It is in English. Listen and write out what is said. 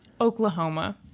Oklahoma